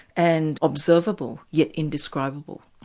and observable, yet indescribable.